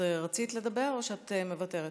רצית לדבר או את מוותרת?